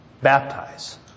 baptize